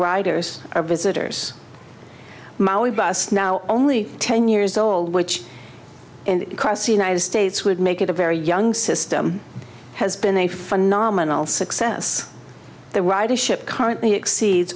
riders are visitors molly bass now only ten years old which in cross united states would make it a very young system has been a phenomenal success the ridership currently exceeds